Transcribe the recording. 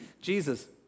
Jesus